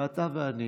ואתה ואני,